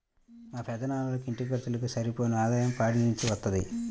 మా పెదనాన్నోళ్ళకి ఇంటి ఖర్చులకు సరిపోను ఆదాయం పాడి నుంచే వత్తది